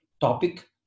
topic